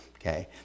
Okay